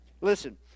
Listen